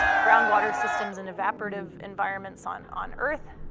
groundwater systems and evaporative environments on on earth.